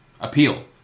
Appeal